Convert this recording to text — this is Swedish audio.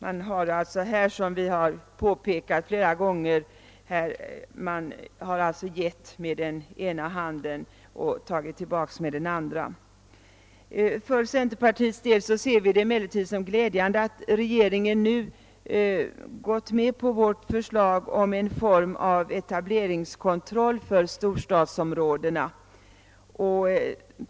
Man har alltså här, såsom vi påpekat många gånger, givit med den ena handen och tagit tillbaka med den andra. För centerpartiets del ser vi det emellertid som glädjande att regeringen nu gått med på vårt förslag om en form av etableringskontroll för storstadsområdena.